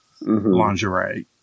lingerie